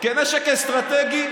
כנשק אסטרטגי,